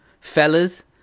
fellas